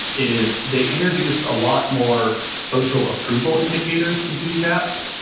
is they introduced a lot more social approval indicators into these apps.